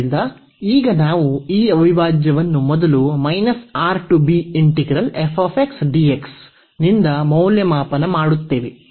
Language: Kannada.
ಆದ್ದರಿಂದ ಈಗ ನಾವು ಈ ಅವಿಭಾಜ್ಯವನ್ನು ಮೊದಲು ನಿಂದ ಮೌಲ್ಯಮಾಪನ ಮಾಡುತ್ತೇವೆ